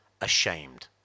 ashamed